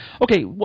Okay